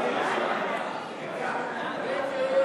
ההצעה להסיר מסדר-היום את הצעת חוק ההוצאה לפועל (תיקון,